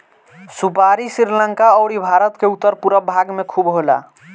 सुपारी श्रीलंका अउरी भारत के उत्तर पूरब भाग में खूब होला